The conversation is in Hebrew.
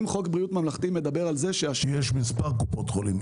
יש מספר קופות חולים.